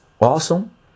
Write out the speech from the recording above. awesome